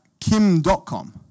Kim.com